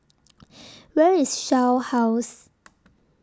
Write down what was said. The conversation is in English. Where IS Shell House